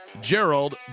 Gerald